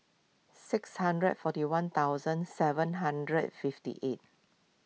six hundred forty one thousand seven hundred fifty eight